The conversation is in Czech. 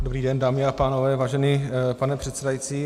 Dobrý den, dámy a pánové, vážený pane předsedající.